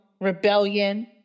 rebellion